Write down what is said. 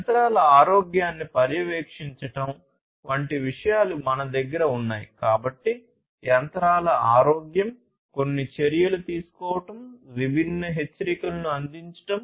యంత్రాల ఆరోగ్యాన్ని పర్యవేక్షించడం